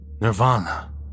Nirvana